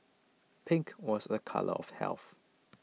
pink was a colour of health